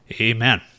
Amen